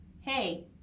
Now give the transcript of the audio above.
hey